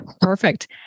Perfect